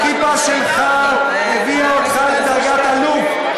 הכיפה שלך הביאה אותך לדרגת אלוף,